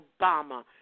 Obama